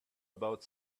about